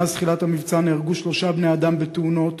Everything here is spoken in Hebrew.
מאז תחילת המבצע נהרגו שלושה בני-אדם בתאונות